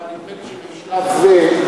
נדמה לי שבשלב זה,